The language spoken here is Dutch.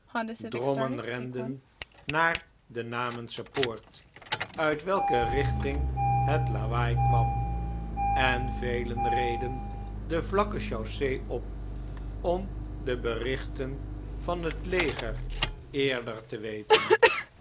drommen renden naar de namensche poort uit welke richting het lawaai kwam en velen reden de vlakke chaussee op om de da o x oaa o berichten van het leger eerder te weten